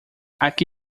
aqui